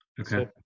okay